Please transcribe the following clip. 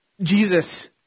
Jesus